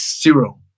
zero